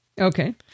Okay